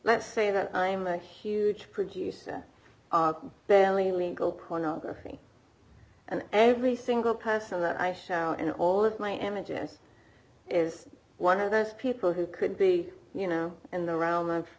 let's say that i'm a huge producer barely legal pornography and every single person that i shout in all of my images is one of those people who could be you know in the realm of